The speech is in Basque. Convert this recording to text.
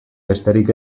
besterik